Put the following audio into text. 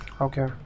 Okay